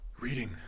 Reading